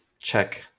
check